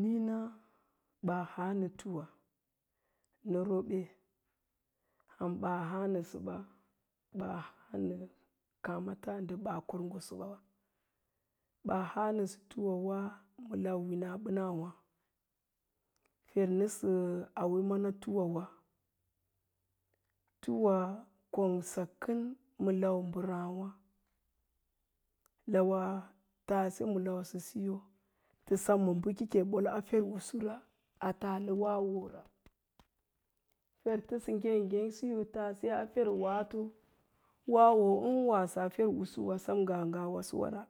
Niina ɓaa haanə tuwa, nə robe ham ɓaa hqaa nəsə ɓa, ɓaa haanə kááməta ndə baa korgoso ɓa, ɓaa haa nəsəwa ma lau winaaɓənawá, fer nəsə auwe mana tuwawa, tuwa kongsa kən ma lau mbərááwá, lawa taase ma lausəsiyo tə sem ma bəkake ɓol a fer'usura a tualə wawora, fer təsa ngék-ngék siso a fer waato, wawo ən wasa fer'usuwa, sem ngaa ən wasaa a ferwasowara,